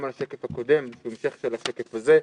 השקף הקודם שהוא המשך של השקף הזה,